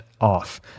off